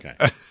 okay